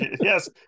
yes